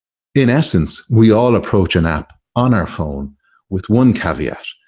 in essence, we all approach an app on our phone with one caveat,